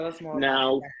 Now